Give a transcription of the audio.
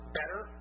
better